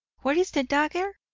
where is the dagger?